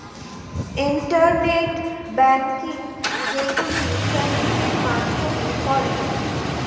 internet banking যেইগুলো ইন্টারনেটের মাধ্যমে করে